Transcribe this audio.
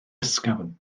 ysgafn